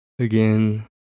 Again